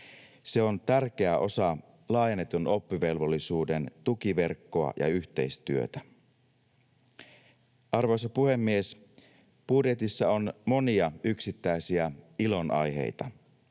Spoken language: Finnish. Se on tärkeä osa laajennetun oppivelvollisuuden tukiverkkoa ja yhteistyötä. Arvoisa puhemies! Budjetissa on monia yksittäisiä ilonaiheita.